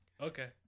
Okay